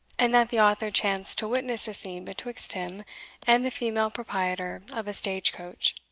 and that the author chanced to witness a scene betwixt him and the female proprietor of a stage-coach,